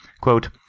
Quote